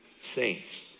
saints